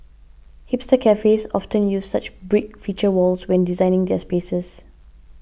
hipster cafes often use such brick feature walls when designing their spaces